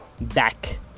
back